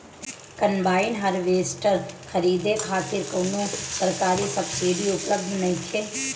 Combine harvester खरीदे खातिर कउनो सरकारी सब्सीडी उपलब्ध नइखे?